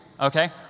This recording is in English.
okay